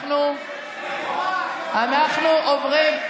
אנחנו עוברים,